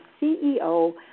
CEO